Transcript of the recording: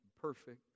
perfect